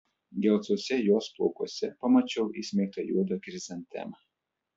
gelsvuose jos plaukuose pamačiau įsmeigtą juodą chrizantemą